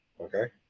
Okay